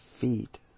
feet